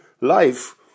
life